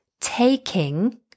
taking